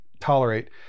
tolerate